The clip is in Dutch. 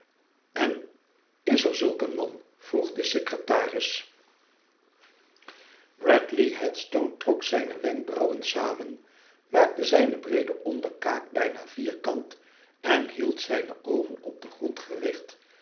n is er zulk een man vroeg de secretaris bradley headstone trok zijne wenkbrauwen samen maakte zijne breede onderkaak bijna vierkant en hield zijne oogen op den grond gericht